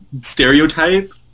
stereotype